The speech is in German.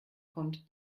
kommt